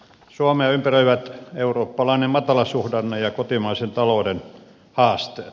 suomea ympäröivät eurooppalainen matalasuhdanne ja kotimaisen talouden haasteet